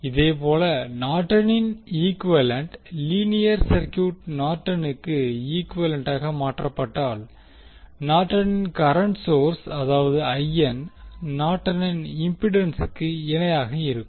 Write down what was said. இதேபோல் நார்டனின் equivalent linear circuit நார்டனுக்கு ஈக்குவேலன்ட்டாக மாற்றப்பட்டால் நார்டனின் கரண்ட் சோர்ஸ் அதாவது நார்டனின் இம்பிடன்சுக்கு இணையாக இருக்கும்